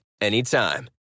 anytime